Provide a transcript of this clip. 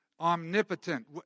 Omnipotent